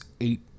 eight